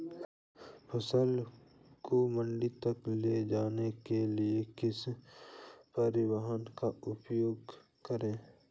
फसल को मंडी तक ले जाने के लिए किस परिवहन का उपयोग करें?